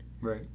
Right